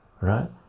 right